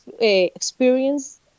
experience